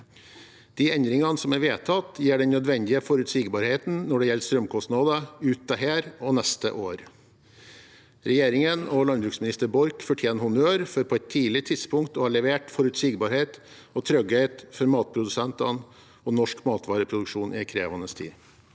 De endringene som er vedtatt, gir den nødvendige forutsigbarheten når det gjelder strømkostnader ut dette og neste år. Regjeringen og landbruksminister Borch fortjener honnør for på et tidlig tidspunkt å ha levert forutsigbarhet og trygghet for matprodusentene og norsk matvareproduksjon i en krevende tid.